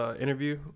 interview